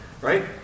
Right